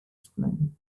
explain